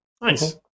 nice